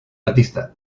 artista